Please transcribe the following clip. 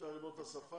צריך ללמוד את השפה,